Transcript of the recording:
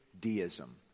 deism